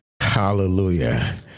Hallelujah